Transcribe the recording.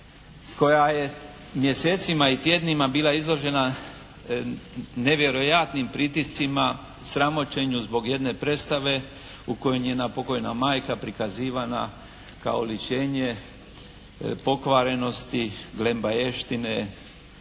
koja je mjesecima i tjednima bila izložena nevjerojatnim pritiscima, sramoćenju zbog jedne predstave u kojoj je njena pokojna majka prikazivana kao oličenje pokvarenosti glembajevštine,